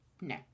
No